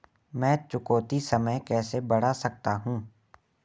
मैं चुकौती समय कैसे बढ़ा सकता हूं?